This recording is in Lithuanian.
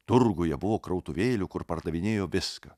turguje buvo krautuvėlių kur pardavinėjo viską